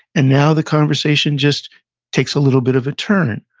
and now, the conversation just takes a little bit of a turn,